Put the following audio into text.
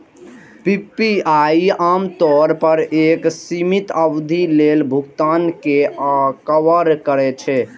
PPI आम तौर पर एक सीमित अवधि लेल भुगतान कें कवर करै छै